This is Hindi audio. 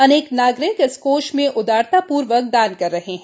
अनेक नागरिक इस कोष में उदारता पूर्वक दान कर रहे है